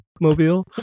mobile